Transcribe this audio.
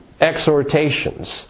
exhortations